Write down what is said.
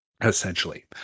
essentially